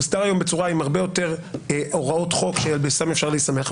מוסדר היום בצורה עם הרבה יותר הוראות חוק שעל בסיסם אפשר להסתמך.